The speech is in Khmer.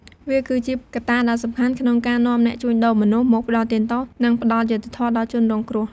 វាគឺជាកត្តាដ៏សំខាន់ក្នុងការនាំអ្នកជួញដូរមនុស្សមកផ្តន្ទាទោស និងផ្តល់យុត្តិធម៌ដល់ជនរងគ្រោះ។